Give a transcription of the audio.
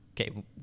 okay